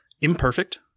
imperfect